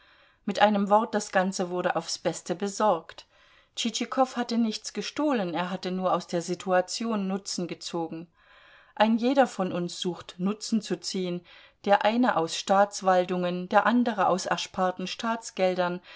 mit einem wort das ganze wurde aufs beste besorgt tschitschikow hatte nichts gestohlen er hatte nur aus der situation nutzen gezogen ein jeder von uns sucht nutzen zu ziehen der eine aus staatswaldungen der andere aus ersparten staatsgeldern